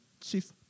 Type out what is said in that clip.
chief